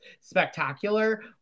spectacular